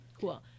Cool